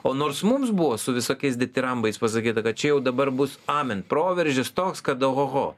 o nors mums buvo su visokiais ditirambais pasakyta kad čia jau dabar bus amen proveržis toks kad ohoho